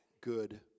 good